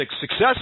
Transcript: success